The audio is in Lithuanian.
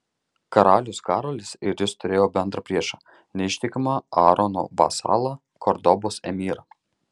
karalius karolis ir jis turėjo bendrą priešą neištikimą aarono vasalą kordobos emyrą